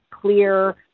clear